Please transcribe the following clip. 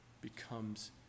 becomes